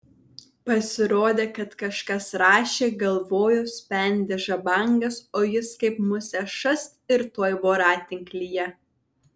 pasirodė kad kažkas rašė galvojo spendė žabangas o jis kaip musė šast ir tuoj voratinklyje